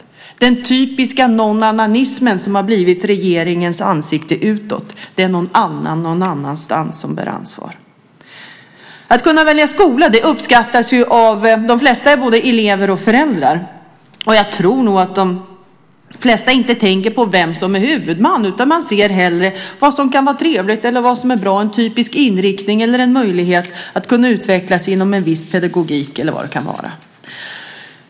Det är den typiska "nånannanismen" som har blivit regeringens ansikte utåt; det är någon annan någon annanstans som bär ansvar. Att kunna välja skola uppskattas ju av de flesta, både elever och föräldrar. Och jag tror att de flesta inte tänker på vem som är huvudman. Man ser hellre vad som kan vara trevligt eller vad som är bra, en inriktning eller en möjlighet att kunna utvecklas inom en viss pedagogik eller vad det kan vara.